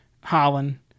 Holland